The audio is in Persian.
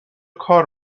کار